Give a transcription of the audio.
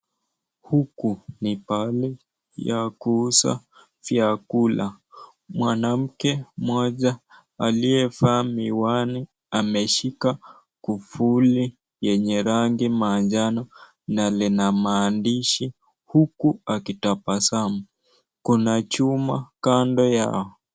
Huku ni pahali ta kuuza vyakula, mwanamke mmoja aliyevaa miwani, ameshika kufuli yenye rangi manjano, na lina maandishi, huku akitabasamu , kuna chuka kando yao.